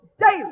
daily